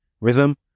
Rhythm